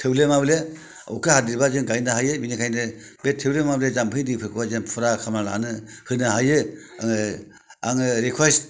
थोब्ले माब्ले अखा हादेरोबा जों गायनो हायो बेनिखायनो बे थोब्रे माब्रे जामफै फोरखौहाय फुरा खालामनानै होनो हायो आङो रेखुवेसथ